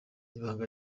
ibanga